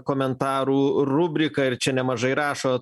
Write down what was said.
komentarų rubriką ir čia nemažai rašo